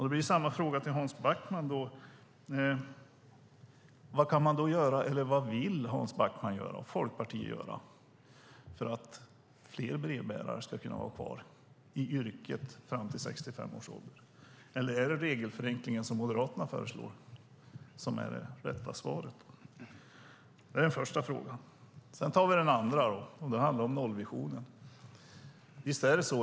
Det blir samma fråga till Hans Backman: Vad vill Hans Backman och Folkpartiet göra för att fler brevbärare ska kunna vara kvar i yrket fram till 65 års ålder? Är det regelförenklingar, som Moderaterna föreslår, som är det rätta svaret? Det är den första frågan. Sedan tar vi den andra frågan, och den handlar om nollvisionen.